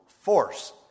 force